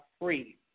free